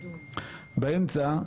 באמצע,